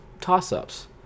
toss-ups